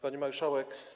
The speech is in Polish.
Pani Marszałek!